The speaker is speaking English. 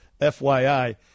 FYI